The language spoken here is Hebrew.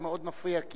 זה מאוד מפריע,